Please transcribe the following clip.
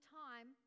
time